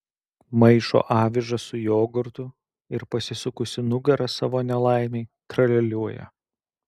maišo avižas su jogurtu ir pasisukusi nugara savo nelaimei tralialiuoja